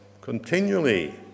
continually